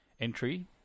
entry